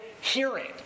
hearing